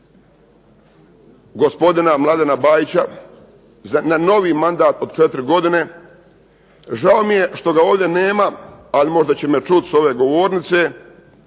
gospodina Mladena Bajića na novi mandat od 4 godine. Žao mi je što ga ovdje nema, ali će me možda čuti s ove govornice,